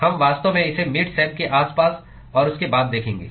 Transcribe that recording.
हम वास्तव में इसे मिड सेम के आसपास और उसके बाद देखेंगे